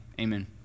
amen